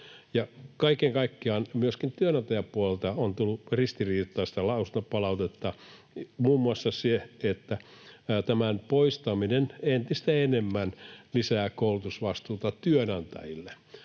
Kaiken kaikkiaan myöskin työnantajapuolelta on tullut ristiriitaista lausuntopalautetta, muun muassa niin, että tämän poistaminen lisää entistä enemmän koulutusvastuuta työnantajille,